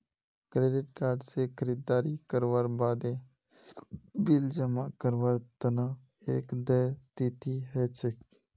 credit card स खरीददारी करवार बादे बिल जमा करवार तना एक देय तिथि ह छेक